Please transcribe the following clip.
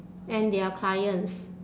and their clients